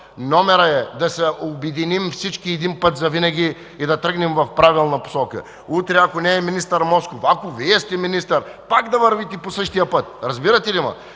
Номерът е да се обединим всички един път завинаги и да тръгнем в правилната посока! Утре ако не е министър Москов, ако Вие сте министър, пак да вървим по същия път – разбирате ли ме?!